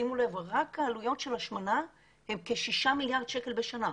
שימו לב- רק העלויות של השמנה הן כ-6,000,000,000 ₪ בשנה.